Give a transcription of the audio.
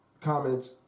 comments